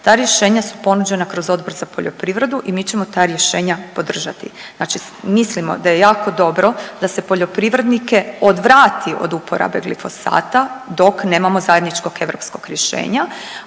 ta rješenja su ponuđena kroz Odbor za poljoprivredu i mi ćemo ta rješenja podržati, znači mislimo da je jako dobro da se poljoprivrednike odvrati od uporabe glifosata dok nemamo zajedničkog europskog rješenja,